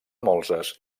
molses